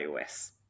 iOS